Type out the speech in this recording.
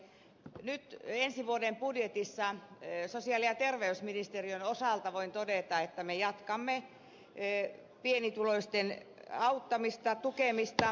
nyt ensi vuoden budjetissa sosiaali ja terveysministeriön osalta voin todeta että me jatkamme pienituloisten auttamista tukemista